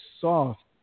soft